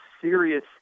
serious